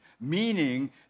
meaning